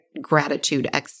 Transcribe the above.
gratitude